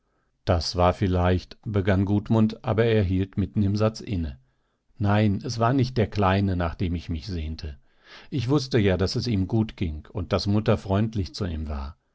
das war vielleicht begann gudmund aber er hielt mitten im satz inne nein es war nicht der kleine nach dem ich mich sehnte ich wußte ja daß es ihm gut ging und daß mutter freundlich zu ihm war